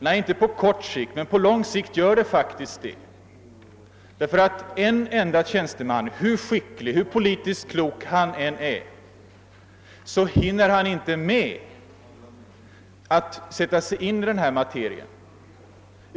Nej, inte på kort sikt, men på lång sikt gör de faktiskt det. En enda tjänsteman — hur skicklig, hur politiskt klok han än är — hinner nämligen inte med att sätta sig in i denna materia.